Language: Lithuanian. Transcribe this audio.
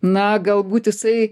na galbūt jisai